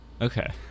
Okay